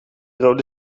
rode